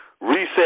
reset